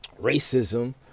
racism